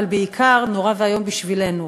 אבל בעיקר נורא ואיום בשבילנו,